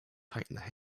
tightened